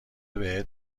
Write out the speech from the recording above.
بهت